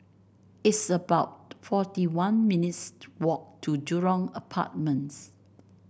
it's about forty one minutes' walk to Jurong Apartments